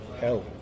Hell